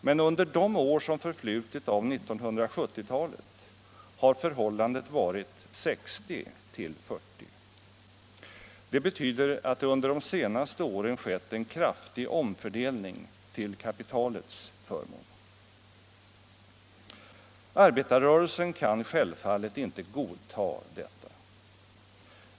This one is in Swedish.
Men under de år som förflutit av 1970-talet har förhållandet varit 60 till 40. Det betyder att det under de senaste åren skett en kraftig omfördelning till kapitalets förmån. Arbetarrörelsen kan självfallet inte godta detta.